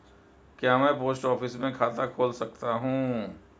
क्या मैं post office में खाता खोल सकता हूँ?